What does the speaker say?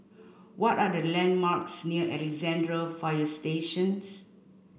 what are the landmarks near Alexandra Fire Station